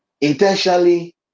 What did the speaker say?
intentionally